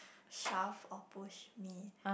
shove or push me